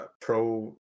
Pro